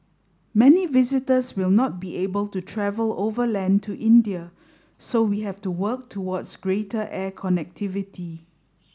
many visitors will not be able to travel overland to India so we have to work towards greater air connectivity